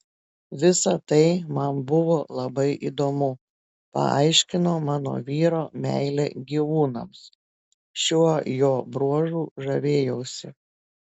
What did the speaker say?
visa tai man buvo labai įdomu paaiškino mano vyro meilę gyvūnams šiuo jo bruožu žavėjausi